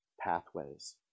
pathways